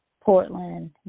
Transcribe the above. Portland